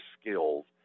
skills